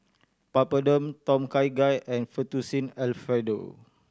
Papadum Tom Kha Gai and Fettuccine Alfredo